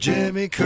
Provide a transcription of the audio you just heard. Jimmy